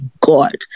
God